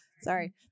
Sorry